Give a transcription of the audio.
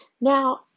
now